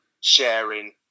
sharing